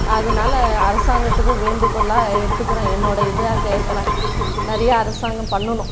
அதனால் அரசாங்கத்துக்கு வேண்டுகோளாக எடுத்துக்கிறோம் என்னோடய இதாக கேட்குறேன் நிறைய அரசாங்கம் பண்ணணும்